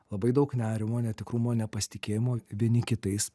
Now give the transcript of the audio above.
labai daug nerimo netikrumo nepasitikėjimo vieni kitais